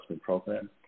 program